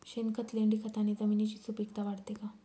शेणखत, लेंडीखताने जमिनीची सुपिकता वाढते का?